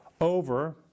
over